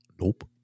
Nope